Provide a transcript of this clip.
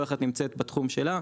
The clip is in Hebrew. כל אחת נמצאת בתחום שלה,